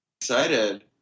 excited